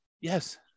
Yes